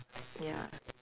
ya